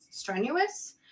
strenuous